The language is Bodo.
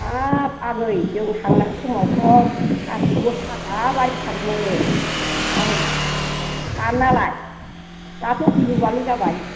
हाब आगै जों थांनाय समावथ' गासिबो हाग्रा बारि थारमोन आगै दानालाय दाथ' गिलु बालु जाबाय